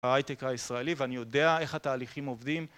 ההייטק הישראלי ואני יודע איך התהליכים עובדים